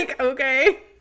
okay